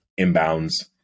inbounds